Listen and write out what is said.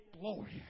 Glory